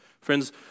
Friends